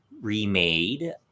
remade